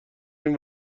این